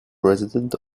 president